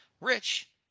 rich